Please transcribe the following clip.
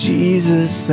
Jesus